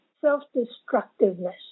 self-destructiveness